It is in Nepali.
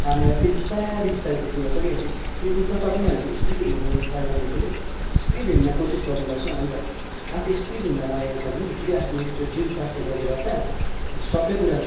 तानेर फेरि बिस्तारै बिस्तारै कुद्नुपर्छ कि कुद्न सकेन भने स्पिड हिँड्नु ट्राई गर्नुपर्छ कि स्पिड हिँड्ने कोसिस गर्नुपर्छ अन्त आफू स्पिड हिँड्न लागेको छ भने फेरि आफ्नो त्यो जिउ तातिएकोले गर्दा सबै कुरा